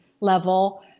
level